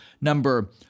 number